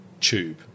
tube